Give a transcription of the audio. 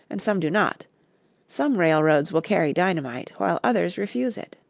and some do not some railroads will carry dynamite, while others refuse it.